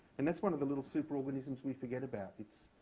and that's one of the little superorganisms we forget about it.